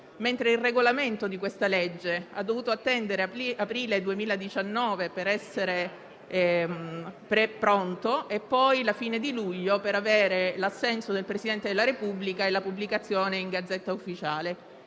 regolamento ha dovuto attendere aprile 2019 per essere pronto e, poi, la fine di luglio per avere l'assenso del Presidente della Repubblica e la pubblicazione in *Gazzetta Ufficiale*.